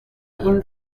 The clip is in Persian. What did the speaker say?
این